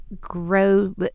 grow